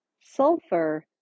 sulfur